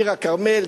עיר-הכרמל,